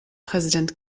präsident